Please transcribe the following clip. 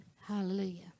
hallelujah